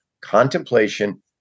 contemplation